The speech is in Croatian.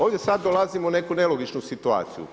Ovdje sad dolazimo u neku nelogičnu situaciju.